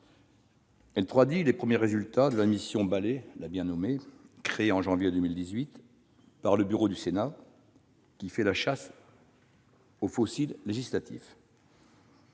Elle traduit les premiers résultats de la mission Balai- bien nommée ...-, qui a été créée en janvier 2018 par le bureau du Sénat pour faire la chasse aux « fossiles législatifs